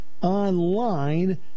online